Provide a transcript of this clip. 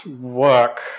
work